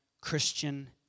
Christian